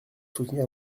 soutenir